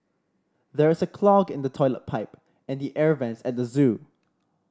there's a clog in the toilet pipe and the air vents at the zoo